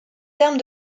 termes